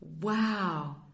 Wow